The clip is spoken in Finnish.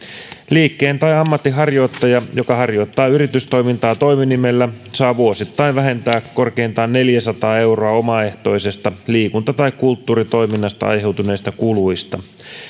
liikkeen tai ammatinharjoittaja joka harjoittaa yritystoimintaa toiminimellä saa vuosittain vähentää korkeintaan neljäsataa euroa omaehtoisesta liikunta tai kulttuuritoiminnasta aiheutuneista kuluista